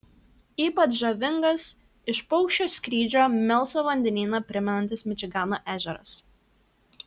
ypač žavingas iš paukščio skrydžio melsvą vandenyną primenantis mičigano ežeras